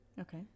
okay